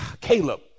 Caleb